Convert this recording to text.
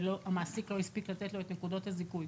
והמעסיק לא הספיק לתת לו את נקודת הזיכוי.